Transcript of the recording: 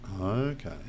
Okay